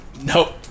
Nope